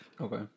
Okay